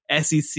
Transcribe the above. SEC